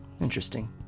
Interesting